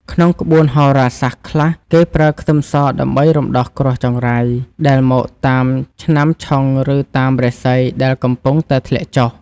ក្នុងក្បួនហោរាសាស្ត្រខ្លះគេប្រើខ្ទឹមសដើម្បីរំដោះគ្រោះចង្រៃដែលមកតាមឆ្នាំឆុងឬតាមរាសីដែលកំពុងតែធ្លាក់ចុះ។